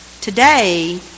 Today